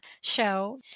show